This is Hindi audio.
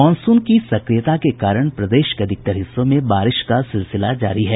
मॉनसून की सक्रियता के कारण प्रदेश के अधिकतर हिस्सों में बारिश का सिलसिला जारी है